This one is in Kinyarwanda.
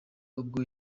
ubwo